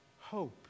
hope